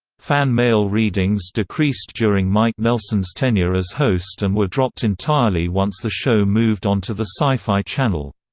fan mail readings decreased during mike nelson's tenure as host and were dropped entirely once the show moved onto the sci-fi channel.